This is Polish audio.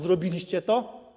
Zrobiliście to?